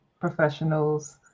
professionals